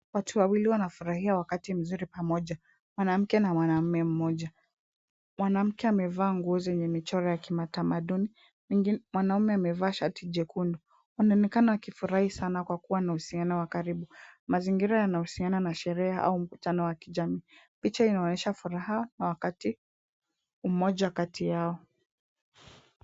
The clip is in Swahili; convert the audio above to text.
Watu wawili wanafurahia wakati mzuri pamoja. Mwanamke na mwanaume mmoja. Mwanamke amevaa nguo za michoro ya kitamaduni, mwanaume amevaa shati jekundu. Wanaonekana wakifurahi sana kwa kuwa na uhusiano wa karibu. Mazingira yanahusiana na sherehe au mkutano wa kijamii. Picha inaonyesha furaha kwa wakati mmoja kati yao.